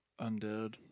undead